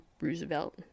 roosevelt